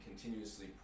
continuously